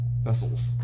vessels